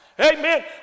amen